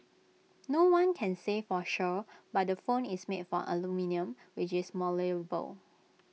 no one can say for sure but the phone is made from aluminium which is malleable